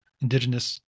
Indigenous